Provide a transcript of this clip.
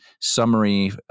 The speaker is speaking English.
summary